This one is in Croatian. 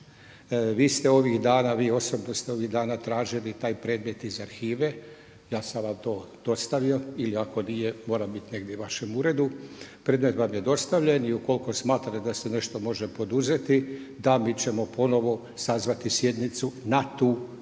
Vi ste ovih dana, vi osobno ste ovih dana tražili taj predmet iz arhive, ja sam vam to dostavio ili ako nije mora biti negdje u vašem uredu, predmet vam je dostavljen i ukoliko smatrate da se nešto može poduzeti, da, mi ćemo ponovo sazvati sjednicu na tu temu